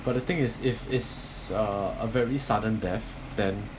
but the thing is if is a a very sudden death then